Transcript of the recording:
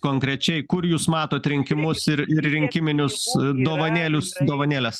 konkrečiai kur jūs matot rinkimus ir ir rinkiminius dovanėlius dovanėles